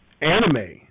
anime